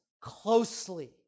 closely